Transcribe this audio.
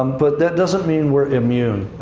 um but that doesn't mean we're immune,